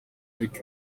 ariko